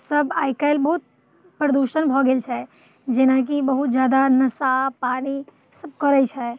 सभ आइ कल्हि बहुत परदूषण भऽ गेल छै जेनाकि बहुत जादा नशा पानी सभ करैत छै